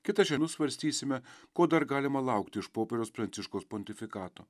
kita žemiau svarstysime ko dar galima laukti iš popiežiaus pranciškaus pontifikato